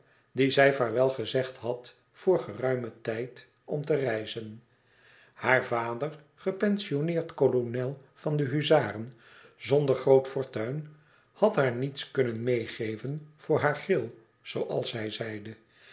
die zij vaarwel gezegd had voor geruimen tijd om te reizen haar vader gepensioneerd kolonel van de huzaren zonder groot fortuin had haar niets kunnen meêgeven voor haar gril zooals hij zeide